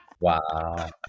Wow